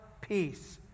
peace